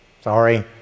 Sorry